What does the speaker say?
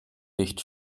nicht